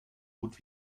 gut